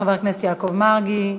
חבר הכנסת יעקב מרגי,